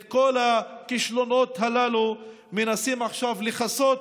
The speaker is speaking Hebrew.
את כל הכישלונות הללו מנסים עכשיו לכסות